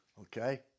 okay